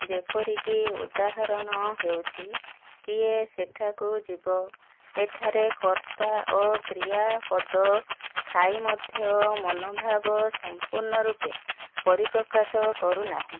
ଯେପରିକି ଉଦାହରଣ ହେଉଛି କିଏ ସେଠାକୁ ଯିବ ଏଠାରେ କର୍ତ୍ତା ଓ କ୍ରିୟାପଦ ଥାଇ ମଧ୍ୟ ମନୋଭାବ ସମ୍ପୂର୍ଣ୍ଣ ରୂପେ ପରିପ୍ରକାଶ କରୁନାହିଁ